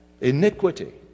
Iniquity